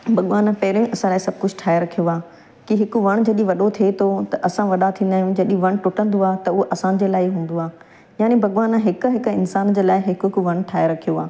भॻवानु पहिरें ई असांखी सभु कुझु ठाहे रखियो आहे की हिकु वणु जॾी वॾो थिए थो त असां वॾा थींदा आहियूं जॾी वणु टुटंदो आहे त उहो असांजे लाइ ई हूंदो आहे यानी भॻवानु हिकु हिकु इंसान जे लाइ हिकु हिकु वणु ठाहे रखियो आहे